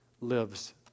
lives